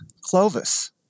Clovis